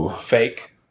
fake